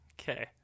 okay